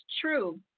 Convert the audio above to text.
true